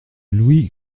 louis